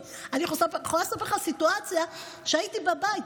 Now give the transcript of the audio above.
אני יכולה לספר לך סיטואציה שהייתי בבית,